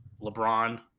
LeBron